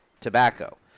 tobacco